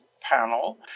panel